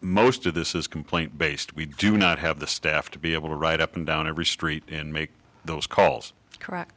most of this is complaint based we do not have the staff to be able to right up and down every street and make those calls correct